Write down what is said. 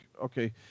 okay